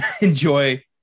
enjoy